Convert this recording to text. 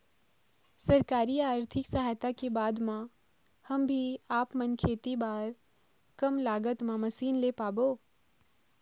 सरकारी आरथिक सहायता के बाद मा हम भी आपमन खेती बार कम लागत मा मशीन ले पाबो?